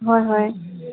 হয় হয়